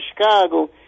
Chicago